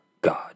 God